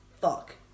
Fuck